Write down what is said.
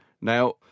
Now